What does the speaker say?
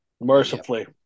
Mercifully